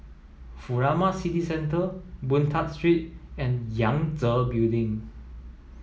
Furama City Centre Boon Tat Street and Yangtze Building